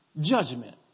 judgment